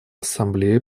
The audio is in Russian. ассамблея